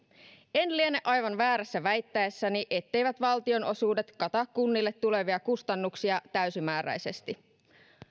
en liene aivan väärässä väittäessäni etteivät valtionosuudet kata kunnille tulevia kustannuksia täysimääräisesti